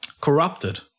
corrupted